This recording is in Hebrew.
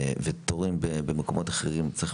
ותורים במקומות אחרים צריך,